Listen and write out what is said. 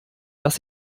dass